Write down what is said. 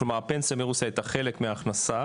כלומר הפנסיה מרוסיה הייתה חלק מההכנסה,